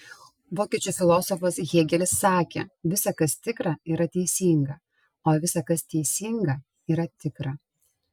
vokiečių filosofas hėgelis sakė visa kas tikra yra teisinga o visa kas teisinga yra tikra